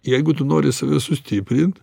jeigu tu nori save sustiprint